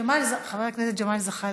חבר הכנסת ג'מאל זחאלקה.